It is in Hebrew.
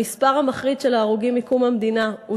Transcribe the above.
המספר המחריד של ההרוגים מקום המדינה הוא